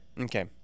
Okay